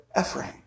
Ephraim